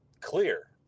clear